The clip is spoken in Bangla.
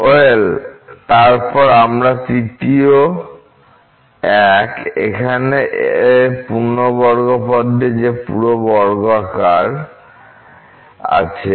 ওয়েল তারপর আমরা তৃতীয় এক এখানে পূর্ণবর্গ পদটি যে পুরো বর্গাকার আছে